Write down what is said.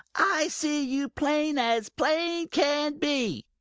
i see you plain as plain can be!